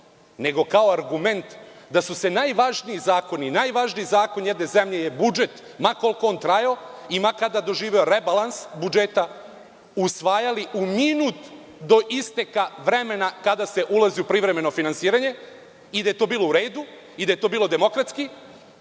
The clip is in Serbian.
nego kao argument da su se najvažniji zakoni, a najvažniji zakon jedne zemlje je budžet ma koliko on trajao i ma kada doživeo rebalans budžeta, usvajali u minut do isteka vremena kada se ulazi u privremeno finansiranje i da je to bilo u redu i da je to bilo demokratski.